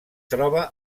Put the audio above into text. troba